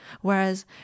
Whereas